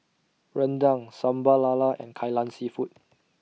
Rendang Sambal Lala and Kai Lan Seafood